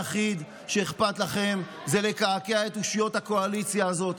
הדבר היחיד שאכפת לכם זה לקעקע את אושיות הקואליציה הזאת.